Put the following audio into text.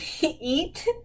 Eat